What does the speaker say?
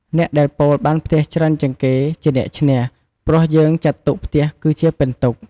អ្នកដែលប៉ូលបានផ្ទះច្រើនជាងគេជាអ្នកឈ្នះ ព្រោះយើងចាត់ទុកផ្ទះគឺជាពិន្ទុ។